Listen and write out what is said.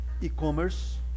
e-commerce